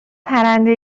پرنده